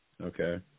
okay